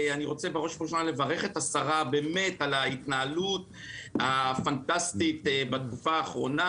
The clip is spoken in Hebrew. אני רוצה לברך את השרה על ההתנהלות הפנטסטית בתקופה האחרונה,